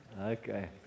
Okay